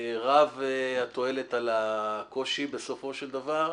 רבה התועלת על הקושי בסופו של דבר.